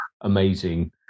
amazing